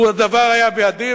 לו היה הדבר בידי,